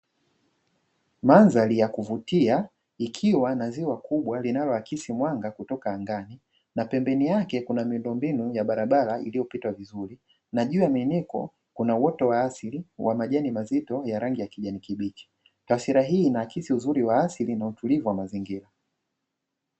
Mandhari ya kuvutia ikiwa na ziwa kubwa linaloakisi mwanga kutoka angani, na pembeni yake kuna miundombinu ya barabara iliyopita vizuri na juu ya miinuko Kuna uoto wa asili wa majani mazito ya rangi ya kijani kibichi. Taswira hii inaakisi uzuri wa asili wa utulivu wa mazingira.